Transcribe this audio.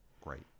Great